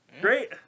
Great